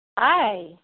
Hi